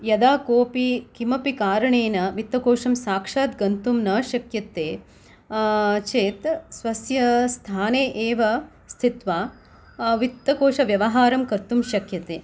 यदा कोपि किमपि कारणेन वित्तकोशं साक्षाद् गन्तुं न शक्यते चेत् स्वस्य स्थाने एव स्थित्वा वित्तकोशव्यवहारं कर्तुं शक्यते